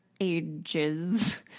ages